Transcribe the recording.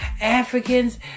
Africans